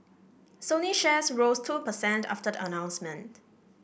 Sony shares rose two per cent after the announcement